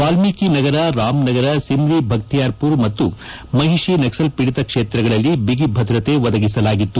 ವಾಲ್ಲೀಕಿ ನಗರ ರಾಮ್ನಗರ್ ಸಿಮ್ರಿ ಭಕ್ತಿಯಾರ್ಪುರ್ ಮತ್ತು ಮಹಿಷಿ ನಕ್ಲಲ್ಪೀಡಿತ ಕ್ಷೇತ್ರಗಳಲ್ಲಿ ಬಿಗಿ ಭದ್ರತೆ ಒದಗಿಸಲಾಗಿತ್ತು